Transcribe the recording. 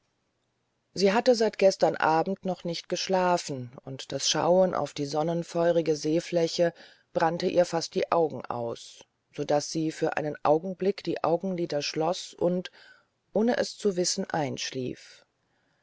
sie hatte seit gestern abend noch nicht geschlafen und das schauen auf die sonnenfeurige seefläche brannte ihr fast die augen aus so daß sie für einen augenblick die augenlider schloß und ohne es zu wissen einschlief